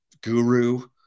guru